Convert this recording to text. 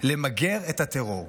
למגר את הטרור.